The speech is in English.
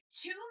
two